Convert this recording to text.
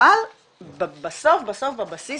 אבל בסוף בסוף בבסיס,